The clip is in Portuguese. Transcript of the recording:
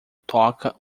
toca